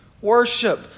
Worship